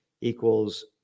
equals